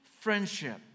friendship